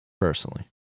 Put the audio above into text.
personally